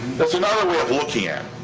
that's another way of looking at